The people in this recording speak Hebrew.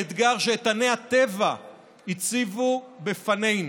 באתגר שאיתני הטבע הציבו בפנינו.